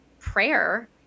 prayer